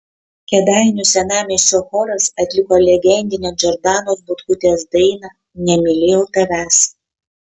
kėdainių senamiesčio choras atliko legendinę džordanos butkutės dainą nemylėjau tavęs